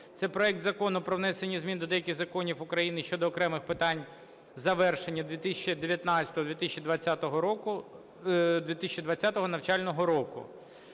Це проект Закону про внесення змін до деяких законів України щодо окремих питань завершення у 2019 - 2020 навчального року.